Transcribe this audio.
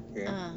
okay